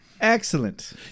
Excellent